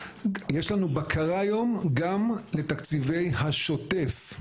יש לנו בקרה היום גם לתקציבי השוטף.